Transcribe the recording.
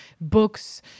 books